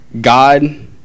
God